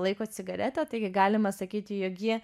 laiko cigaretę taigi galima sakyti jog ji